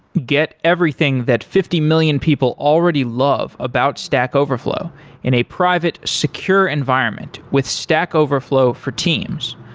get everything that fifty million people already love about stack overflow in a private security environment with stack overflow for teams.